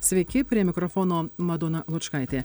sveiki prie mikrofono madona lučkaitė